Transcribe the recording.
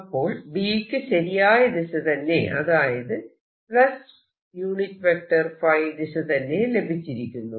അപ്പോൾ B യ്ക്ക് ശരിയായ ദിശ തന്നെ അതായത് ϕ ദിശ തന്നെ ലഭിച്ചിരിക്കുന്നു